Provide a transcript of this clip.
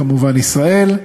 כמובן ישראל,